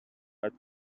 but